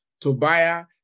Tobiah